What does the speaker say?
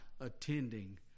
attending